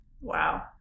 Wow